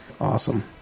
Awesome